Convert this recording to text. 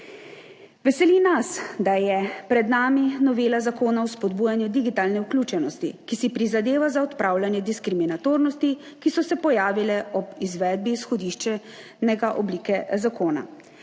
Veseli nas, da je pred nami novela Zakona o spodbujanju digitalne vključenosti, ki si prizadeva za odpravljanje diskriminatornosti, ki so se pojavile ob izvedbi izhodiščnega oblike zakona.